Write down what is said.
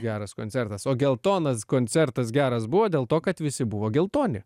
geras koncertas o geltonas koncertas geras buvo dėl to kad visi buvo geltoni